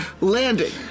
landing